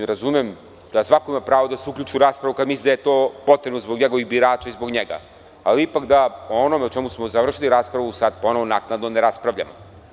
Razumem da svako ima pravo da se uključi u raspravu kada misli da je to potrebno zbog njegovih birača i zbog njega, ali ipak da o onome o čemu smo završili raspravu, sad ponovo naknadno ne raspravljamo.